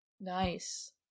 Nice